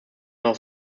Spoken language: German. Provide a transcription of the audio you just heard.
noch